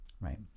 Right